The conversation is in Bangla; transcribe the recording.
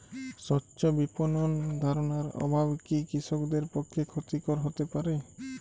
স্বচ্ছ বিপণন ধারণার অভাব কি কৃষকদের পক্ষে ক্ষতিকর হতে পারে?